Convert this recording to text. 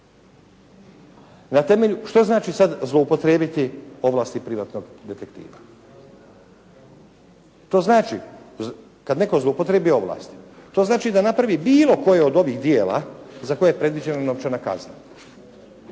Na temelju, što znači sad zloupotrijebiti ovlasti privatnog detektiva? To znači, kad netko zloupotrijebi ovlasti to znači da napravi bilo koje od ovih dijela za koje je predviđena novčana kazna.